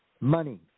money